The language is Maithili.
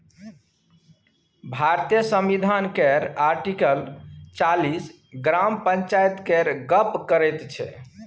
भारतीय संविधान केर आर्टिकल चालीस ग्राम पंचायत केर गप्प करैत छै